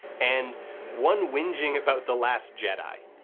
and one whinging about the last jedi.